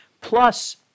plus